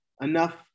enough